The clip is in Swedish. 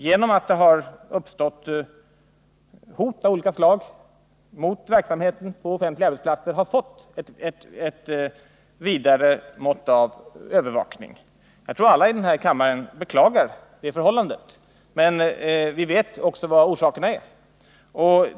Genom att det har uppstått hot av olika slag mot verksamheten på offentliga arbetsplatser har vi ju fått ett vidare mått av övervakning. Jag tror att alla i denna kammare beklagar det förhållandet. Men vi vet också vilka orsakerna är.